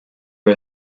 are